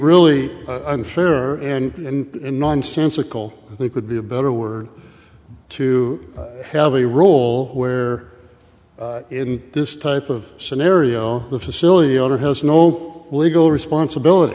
really unfair and nonsensical they could be a better word to have a role where in this type of scenario the facility owner has no legal responsibility